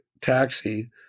taxi